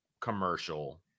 commercial